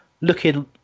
looking